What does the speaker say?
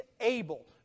able